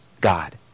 God